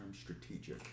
strategic